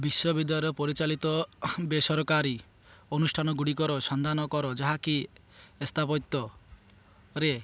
ବିଶ୍ୱବିଦ୍ୟାଳୟ ପରିଚାଳିତ ବେସରକାରୀ ଅନୁଷ୍ଠାନଗୁଡ଼ିକର ସନ୍ଧାନ କର ଯାହାକି ସ୍ଥାପତ୍ୟରେ